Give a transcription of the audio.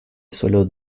solo